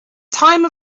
time